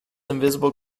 invisible